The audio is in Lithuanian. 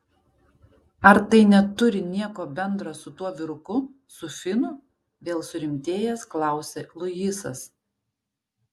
ar tai neturi nieko bendra su tuo vyruku su finu vėl surimtėjęs klausia luisas